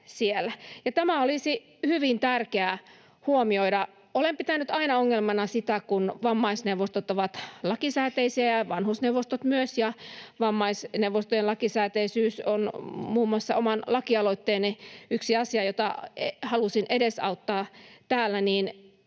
Tämä olisi hyvin tärkeää huomioida. Vammaisneuvostot ovat lakisääteisiä ja vanhusneuvostot myös, ja vammaisneuvostojen lakisääteisyys on muun muassa oman lakialoitteeni yksi asia, jota halusin edesauttaa täällä.